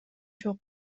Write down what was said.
жок